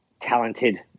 talented